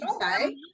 say